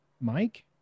Mike